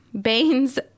Baines